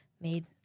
made